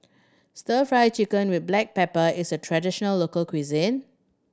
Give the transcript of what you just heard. Stir Fry Chicken with black pepper is a traditional local cuisine